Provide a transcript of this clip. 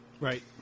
Right